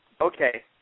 Okay